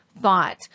thought